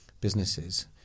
businesses